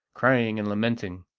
crying and lamenting.